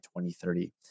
2030